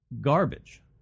garbage